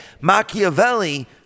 Machiavelli